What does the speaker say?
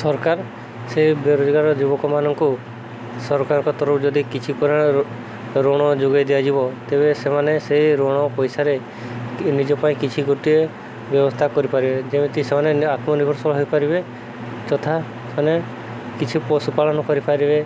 ସରକାର ସେ ବେରୋଜଗାର ଯୁବକମାନଙ୍କୁ ସରକାରଙ୍କ ତରଫରୁ ଯଦି କିଛି ପରିମାଣ ଋଣ ଯୋଗାଇ ଦିଆଯିବ ତେବେ ସେମାନେ ସେଇ ଋଣ ପଇସାରେ ନିଜ ପାଇଁ କିଛି ଗୋଟିଏ ବ୍ୟବସ୍ଥା କରିପାରିବେ ଯେମିତି ସେମାନେ ଆତ୍ମନିର୍ଭରଶୀଳ ହୋଇପାରିବେ ତଥା ସେମାନେ କିଛି ପଶୁପାଳନ କରିପାରିବେ